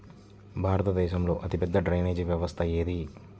భారతదేశంలో అతిపెద్ద డ్రైనేజీ వ్యవస్థ ఏది?